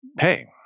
hey